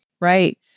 Right